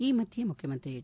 ಈ ಮಧ್ವೆ ಮುಖ್ಯಮಂತ್ರಿ ಎಚ್